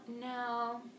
No